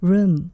，Room